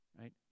right